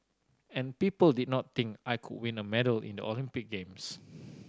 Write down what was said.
and people did not think I could win a medal in the Olympic games